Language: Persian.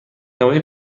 نوه